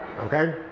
Okay